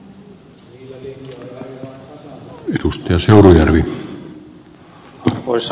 arvoisa puhemies